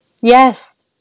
Yes